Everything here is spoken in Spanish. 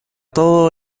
todo